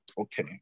okay